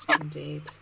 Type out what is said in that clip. indeed